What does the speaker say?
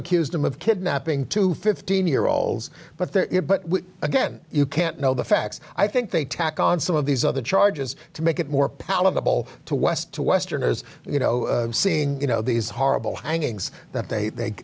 accused him of kidnapping two fifteen year olds but there but again you can't know the facts i think they tack on some of these other charges to make it more palatable to west to westerners you know seeing you know these horrible hangings that they